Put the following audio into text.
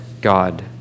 God